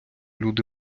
люди